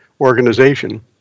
organization